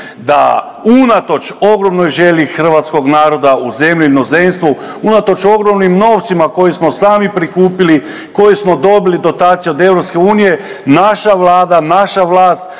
da unatoč ogromnoj želji hrvatskog naroda u zemlji i inozemstvu, unatoč ogromnim novcima koje smo sami prikupili, koje smo dobili dotacija od EU, naša Vlada, naša vlast,